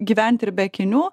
gyventi ir be akinių